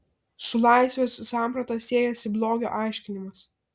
su laisvės samprata siejasi blogio aiškinimas